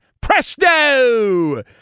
presto